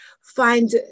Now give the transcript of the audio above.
find